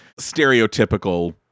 stereotypical